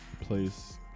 place